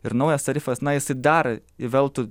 ir naujas tarifas na jisai dar įveltų